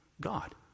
God